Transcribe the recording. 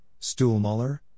Stuhlmuller